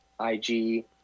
Ig